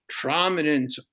prominent